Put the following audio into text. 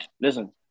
listen